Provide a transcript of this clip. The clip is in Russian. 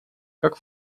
как